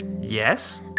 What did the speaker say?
Yes